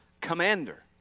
commander